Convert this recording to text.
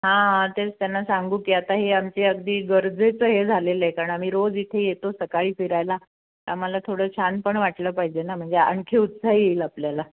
हां हां तेच त्यांना सांगू की आता हे आमची अगदी गरजेचं हे झालेलं आहे कारण आम्ही रोज इथे येतो सकाळी फिरायला आम्हाला थोडं छान पण वाटलं पाहिजे ना म्हणजे आणखी उत्साह येईल आपल्याला